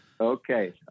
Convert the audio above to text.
Okay